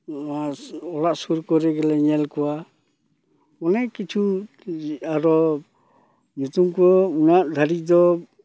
ᱟᱨ ᱚᱲᱟᱜ ᱥᱩᱨ ᱠᱚᱨᱮ ᱜᱮᱞᱮ ᱧᱮᱞ ᱠᱚᱣᱟ ᱚᱱᱮᱠ ᱠᱤᱪᱷᱩ ᱟᱨᱚ ᱧᱩᱛᱩᱢ ᱠᱚ ᱩᱱᱟᱹᱜ ᱫᱷᱟᱹᱨᱤᱡ ᱫᱚ